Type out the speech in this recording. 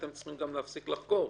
אתם צריכים גם להפסיק לחקור,